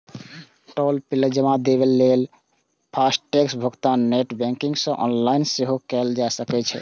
टोल plaza देबय लेल FASTag भुगतान नेट बैंकिंग सं ऑनलाइन सेहो कैल जा सकै छै